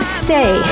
stay